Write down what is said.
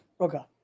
Okay